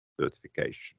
Certification